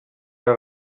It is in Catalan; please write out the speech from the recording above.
era